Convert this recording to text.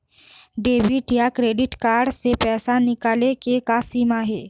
Debit या credit card से पैसा निकाले के का सीमा हे?